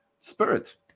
spirit